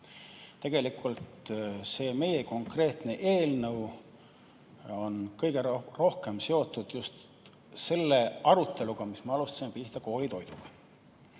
Tegelikult see meie konkreetne eelnõu on kõige rohkem seotud just selle aruteluga, mida me alustasime koolitoidu